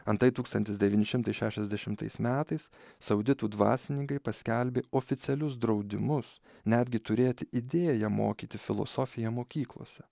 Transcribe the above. antai tūkstantis devyni šimtai šešiasdešimtais metais sauditų dvasininkai paskelbė oficialius draudimus netgi turėti idėją mokyti filosofiją mokyklose